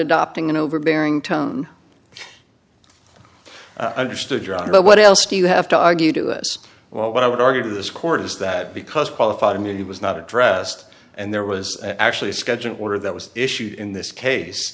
adopting an overbearing tone understood john but what else do you have to argue to this what i would argue to this court is that because qualified immunity was not addressed and there was actually scheduling order that was issued in this case